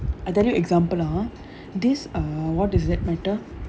I tell you example ah ha this err what does is that matter